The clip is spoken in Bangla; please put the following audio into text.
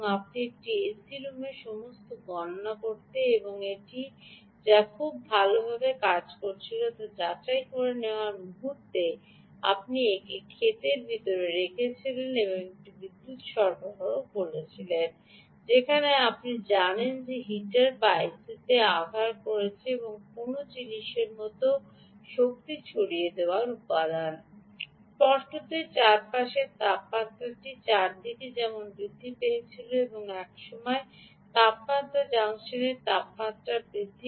আপনি একটি এসি রুমে সমস্ত গণনা করতে এবং এটি যা খুব ভালভাবে কাজ করেছিল তা যাচাই করে নেওয়ার মুহূর্তে আপনি একে ক্ষেতের ভিতরে রেখেছিলেন একটি বিদ্যুৎ সরবরাহ বলি যেখানে আপনি জানেন যে হিটার বা আইসিতে আঘাত করছে এমন কোনও জিনিসের মতো শক্তি ছড়িয়ে দেওয়ার উপাদান স্পষ্টতই চারপাশের তাপমাত্রাটি চারদিকে যেমন বৃদ্ধি পেয়েছিল এবং একসময় তাপমাত্রা জংশনের তাপমাত্রা বৃদ্ধি করে